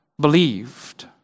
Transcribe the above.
believed